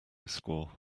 score